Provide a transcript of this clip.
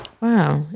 Wow